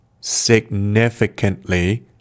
significantly